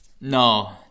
no